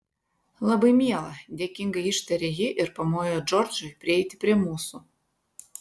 labai miela dėkingai ištarė ji ir pamojo džordžui prieiti prie mūsų